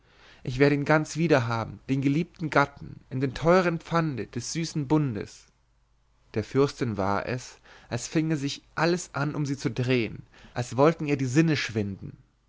ich werde ihn ganz wieder haben den geliebten gatten in dem teuern pfande des süßen bundes der fürstin war es als finge sich alles an um sie zu drehen als wollten ihr die sinne schwinden